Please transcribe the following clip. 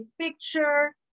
picture